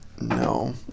no